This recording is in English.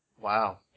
Wow